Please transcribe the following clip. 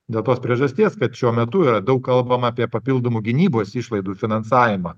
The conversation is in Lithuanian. dėl tos priežasties kad šiuo metu yra daug kalbama apie papildomų gynybos išlaidų finansavimą